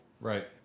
Right